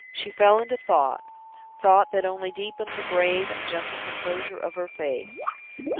she fell into thought thought that only deepened the grave and gentle composure of her face.